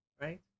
right